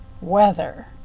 weather